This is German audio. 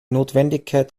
notwendigkeit